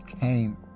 came